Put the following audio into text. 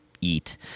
eat